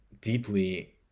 deeply